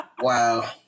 Wow